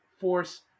force